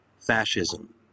fascism